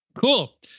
Cool